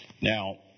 Now